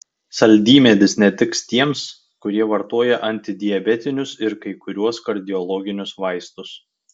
saldymedis netiks tiems kurie vartoja antidiabetinius ir kai kuriuos kardiologinius vaistus